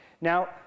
Now